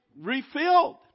refilled